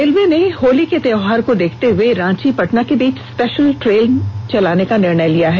railway ने होली त्योहार को देखते हुए रांची पटना के बीच स्पेशल ट्रेन चलाने का निर्णय लिया है